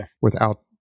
without-